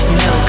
no